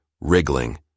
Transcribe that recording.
wriggling